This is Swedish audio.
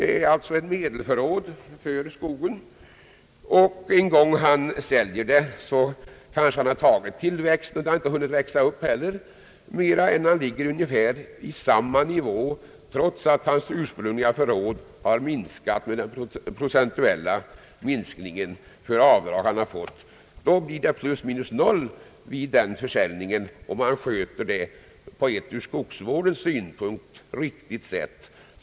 När han en gång säljer fastigheten har han kanske tagit ut tillväxten, och det har inte hunnit växa upp mera än att han har ungefär samma förråd som hans ursprungliga förråd efter den procentuella minskningen för avdrag han har fått. Då blir det plus minus noll vid försäljningen, om han skött skogen på ett ur skogsvårdens synpunkt riktigt sätt.